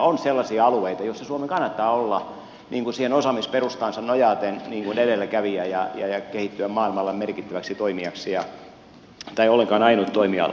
on sellaisia alueita joissa suomen kannattaa olla niin kuin siihen osaamisperustaansa nojaten edelläkävijä ja kehittyä maailmalla merkittäväksi toimijaksi ja tämä ei ole ollenkaan ainut toimiala